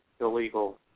illegal